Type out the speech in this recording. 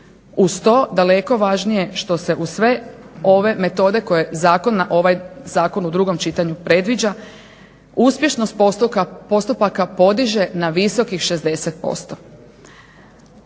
Uz to daleko važnije što se u sve ove metode koje ovaj zakon u drugom čitanju predviđa uspješnost postupaka podiže na visokih 60%.